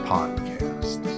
Podcast